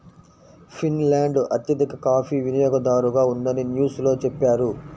Finland అత్యధిక coffee వినియోగదారుగా ఉందని న్యూస్ లో చెప్పారు